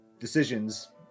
decisions